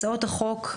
הצעות החוק,